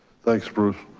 thanks bruce.